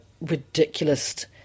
ridiculous